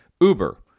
Uber